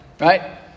right